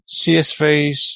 CSVs